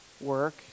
work